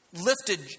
lifted